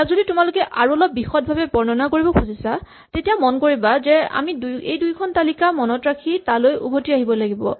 ইয়াক যদি তোমালোকে আৰু অলপ বিশদভাৱে বৰ্ণনা কৰিব খুজিছা তেতিয়া মন কৰিবা যে আমি এইদুখন তালিকা মনত ৰাখি তালৈ উভতি আহিব লাগিব